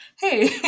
hey